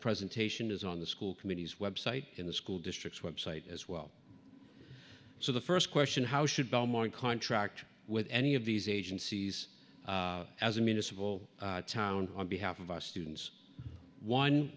presentation is on the school committee's website in the school district's website as well so the first question how should belmont contract with any of these agencies as a municipal town on behalf of our students one